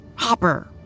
Hopper